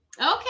Okay